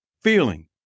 feeling